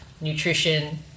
nutrition